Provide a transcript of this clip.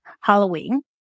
Halloween